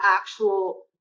actual